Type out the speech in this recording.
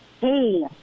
Hey